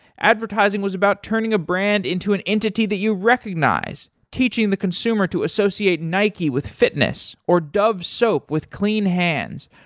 advertising was about turning a brand into an entity that you recognize, teaching the consumer to associate nike with fitness, or dove soap with clean hands,